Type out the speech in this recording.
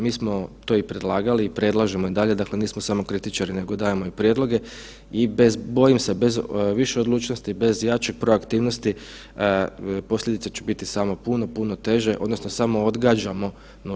Mi smo to i predlagali i predlažemo i dalje, dakle nismo samo kritičari nego dajemo i prijedloge i bojim se bez više odlučnosti, bez jače proaktivnosti posljedice će biti samo puno, puno teže odnosno samo odgađamo nošenje sa njima.